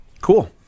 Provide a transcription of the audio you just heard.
Cool